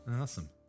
Awesome